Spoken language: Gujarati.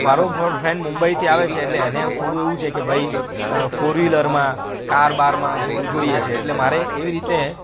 મારો મ ફ્રેન્ડ મુંબઈથી આવે છે એટલે એને થોડું એવું છે કે ભાઈ ફોર વિહ્લરમાં કાર બારમાં થોડું જોઈએ છે એટલે મારે એવી રીતે